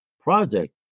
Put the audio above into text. project